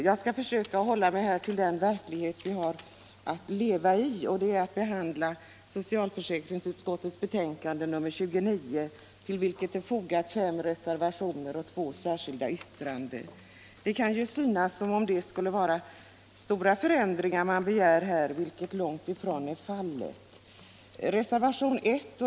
Jag skall försöka hålla mig till den verklighet vi har att leva i, och det är att behandla socialförsäkringsutskottets be Det kan synas vara stora förändringar som begärs, vilket långt ifrån är fallet.